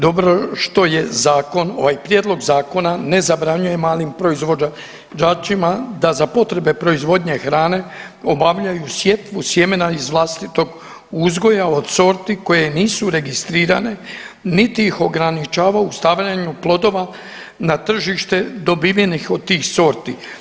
Dobro što je ovaj prijedlog zakona ne zabranjuje malim proizvođačima da za potrebe proizvodnje hrane obavljaju sjetvu sjemena iz vlastitog uzgoja od sorti koje nisu registrirane niti ih ograničava u stavljanju plodova na tržište dobivenih od tih sorti.